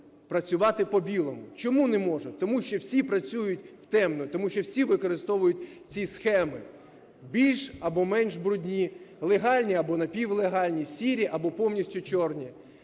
працювати "по-білому". Чому не може? Тому що всі працюють в темну, тому що всі використовують ці схеми більш або менш брудні, легальні або напівлегальні, сірі або повністю чорні.